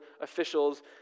officials